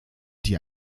die